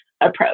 approach